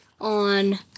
on